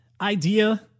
idea